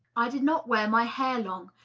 i did not wear my hair long,